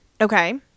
Okay